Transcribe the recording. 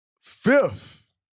fifth